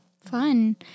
Fun